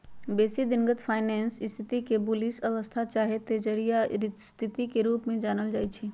बेशी दिनगत फाइनेंस स्थिति के बुलिश अवस्था चाहे तेजड़िया स्थिति के रूप में जानल जाइ छइ